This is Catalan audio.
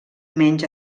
menys